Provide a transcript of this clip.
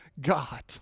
God